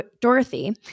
Dorothy